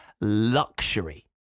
luxury